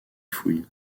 fouilles